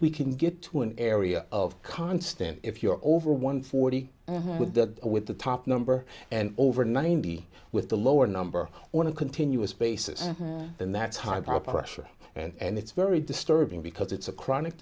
we can get to an area of constant if you're over one forty with the with the top number and over ninety with the lower number on a continuous basis then that's high proper escher and it's very disturbing because it's a chronic